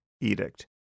edict